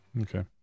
Okay